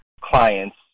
clients